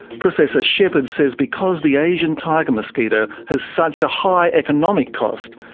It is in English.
professor shepard says because the asian tiger mosquito has such a high economic cost,